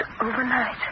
overnight